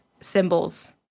symbols